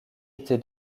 étaient